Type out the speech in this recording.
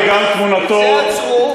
את זה עצרו.